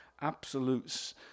absolute